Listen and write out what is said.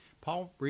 Paul